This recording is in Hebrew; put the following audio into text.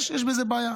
יש בזה בעיה.